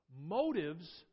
Motives